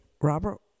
Robert